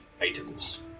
items